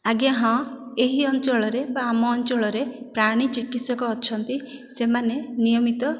ଆଜ୍ଞା ହଁ ଏହି ଅଞ୍ଚଳରେ ବା ଆମ ଅଞ୍ଚଳରେ ପ୍ରାଣୀ ଚିକିତ୍ସକ ଅଛନ୍ତି ସେମାନେ ନିୟମିତ